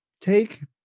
take